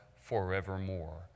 forevermore